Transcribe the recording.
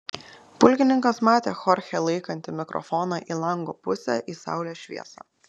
pulkininkas matė chorchę laikantį mikrofoną į lango pusę į saulės šviesą